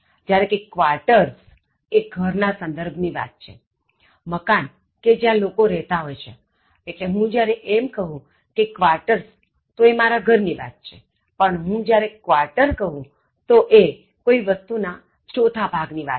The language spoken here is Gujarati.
જ્યારે કે "quarters" એ ઘર ના સંદર્ભ ની વાત છે મકાન કે જ્યાં લોકો રહેતા હોય છે એટલે હું જ્યારે એમ કહું કે "quarters" તો એ મારા ઘર ની વાત છેપણ જ્યારે હું quarter કહું તો એ કોઇ વસ્તું ના ચોથા ભાગ ની વાત છે